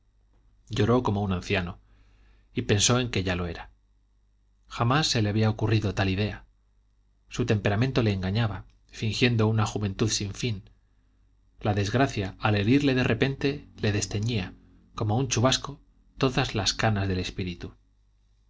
lloró como un anciano y pensó en que ya lo era jamás se le había ocurrido tal idea su temperamento le engañaba fingiendo una juventud sin fin la desgracia al herirle de repente le desteñía como un chubasco todas las canas del espíritu